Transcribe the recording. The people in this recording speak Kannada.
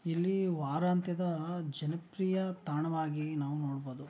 ಇಲ್ಲಿ ವಾರಾಂತ್ಯದ ಜನಪ್ರಿಯ ತಾಣವಾಗಿ ನಾವು ನೋಡ್ಬೋದು